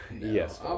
Yes